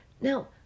now